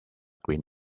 green